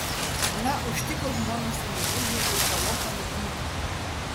na užtiko žmoną su meilužiu ir tą lochą nugnybo